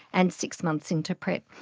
and six months into prep.